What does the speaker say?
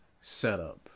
setup